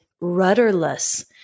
rudderless